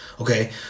okay